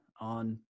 on